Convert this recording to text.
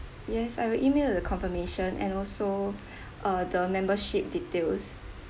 yes I will email the confirmation and also uh the membership details